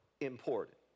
important